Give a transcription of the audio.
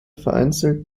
vereinzelt